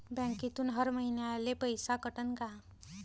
बँकेतून हर महिन्याले पैसा कटन का?